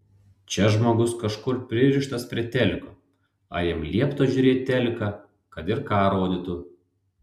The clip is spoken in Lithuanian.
čia žmogus kažkur pririštas prie teliko ar jam liepta žiūrėt teliką kad ir ką rodytų